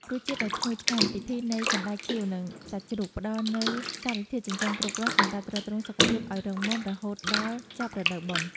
រសជាតិដ៏ឈ្ងុយឆ្ងាញ់ពិសានៃសណ្ដែកខៀវនិងសាច់ជ្រូកផ្ដល់នូវសារធាតុចិញ្ចឹមគ្រប់គ្រាន់សម្រាប់ទ្រទ្រង់សុខភាពឱ្យរឹងមាំរហូតដល់ចប់រដូវបុណ្យ។